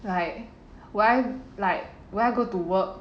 like why like will I go to work